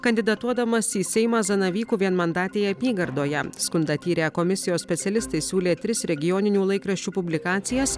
kandidatuodamas į seimą zanavykų vienmandatėje apygardoje skundą tyrę komisijos specialistai siūlė tris regioninių laikraščių publikacijas